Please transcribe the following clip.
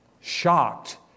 shocked